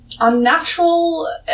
unnatural